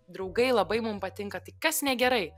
draugai labai mum patinka tai kas negerai